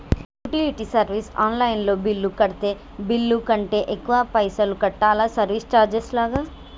Utility service online లో bill కడితే bill కంటే ఎక్కువ పైసల్ కట్టాలా సర్వీస్ చార్జెస్ లాగా?